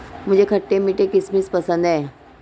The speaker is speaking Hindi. मुझे खट्टे मीठे किशमिश पसंद हैं